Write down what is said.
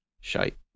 Shite